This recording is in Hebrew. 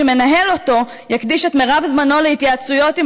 מנהל אותו יקדיש את מרב זמנו להתייעצויות עם